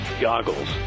goggles